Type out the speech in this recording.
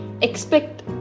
Expect